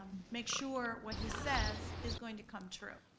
make sure what he says is going to come true.